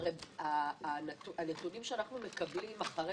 הרי הנתונים שאנחנו מקבלים אחרי